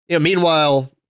Meanwhile